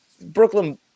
Brooklyn